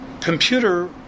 computer